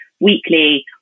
weekly